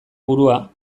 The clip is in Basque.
burua